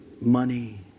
money